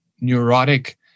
neurotic